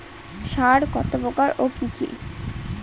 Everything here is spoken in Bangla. সার কত প্রকার ও কি কি?